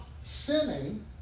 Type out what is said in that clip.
sinning